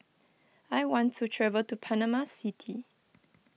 I want to travel to Panama City